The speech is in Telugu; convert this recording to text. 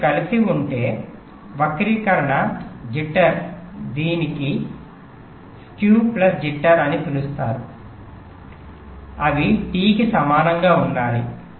మీరు కలిసి ఉంటే వక్రీకరణ జిట్టర్ దీనిని skew plus jitter అని పిలుస్తారు అవి T కి సమానంగా ఉండాలి